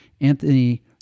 Anthony